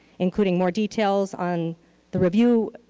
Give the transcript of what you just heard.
including more details on the review,